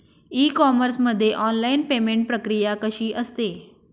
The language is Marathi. ई कॉमर्स मध्ये ऑनलाईन पेमेंट प्रक्रिया कशी असते?